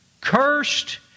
cursed